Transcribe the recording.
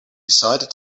decided